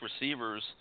receivers